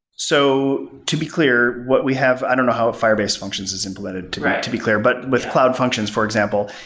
so, to be clear. what we have i don't know how firebase functions is implemented to to be clear. but with cloud functions, for example,